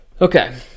Okay